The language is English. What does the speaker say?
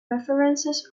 references